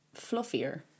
fluffier